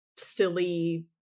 silly